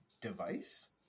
device